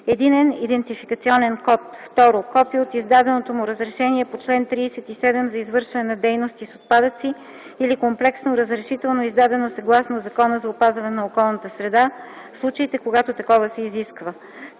единен идентификационен код; 2. копие от издаденото му разрешение по чл. 37 за извършване на дейности с отпадъци или комплексно разрешително, издадено съгласно Закона за опазване на околната среда, в случаите, когато такова се изисква;